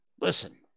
listen